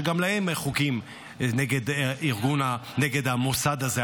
שגם להם חוקים נגד המוסד הזה,